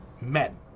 men